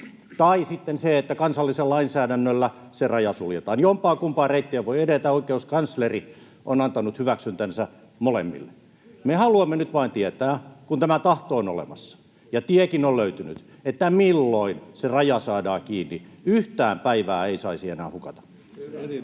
tai sitten se, että kansallisella lainsäädännöllä se raja suljetaan. Jompaakumpaa reittiä voi edetä. Oikeuskansleri on antanut hyväksyntänsä molemmille. [Oikealta: Kyllä!] Me haluamme nyt vain tietää, kun tämä tahto on olemassa ja tiekin on löytynyt, milloin se raja saadaan kiinni. Yhtään päivää ei saisi enää hukata. [Speech